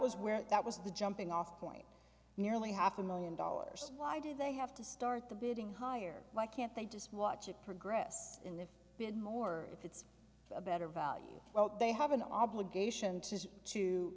where that was the jumping off point nearly half a million dollars why did they have to start the bidding higher why can't they just watch it progress in the bin more if it's a better value well they have an obligation to